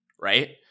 right